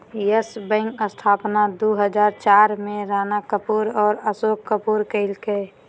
yes Bank स्थापना दू हजार चार में राणा कपूर और अशोक कपूर कइलकय